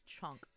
chunk